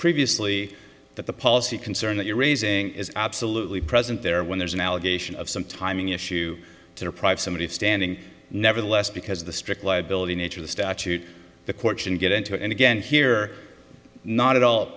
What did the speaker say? previously that the policy concern that you're raising is absolutely present there when there's an allegation of some timing issue to deprive somebody of standing nevertheless because of the strict liability nature the statute the court can get into and again here not at all